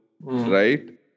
right